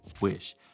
wish